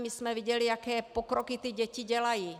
My jsme viděli, jaké pokroky ty děti dělají.